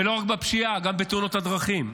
לא רק בפשיעה, גם בתאונות הדרכים.